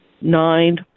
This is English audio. nine